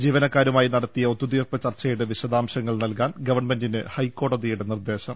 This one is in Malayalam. ജീവനക്കാരുമായി നടത്തിയ ഒത്തു തീർപ്പ് ചർച്ചയുടെ വിശദാംശങ്ങൾ നൽകാൻ ഗവൺമെന്റിന് ഹൈക്കോടതിയുടെ നിർദേശം